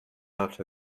out